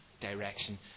direction